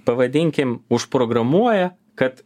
pavadinkim užprogramuoja kad